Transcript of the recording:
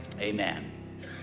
Amen